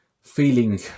feeling